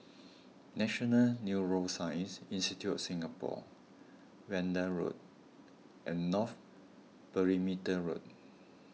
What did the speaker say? National Neuroscience Institute of Singapore Vanda Road and North Perimeter Road